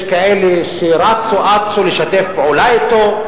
יש כאלה שרצו אצו לשתף פעולה אתו,